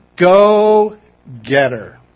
go-getter